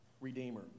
Redeemer